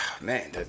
man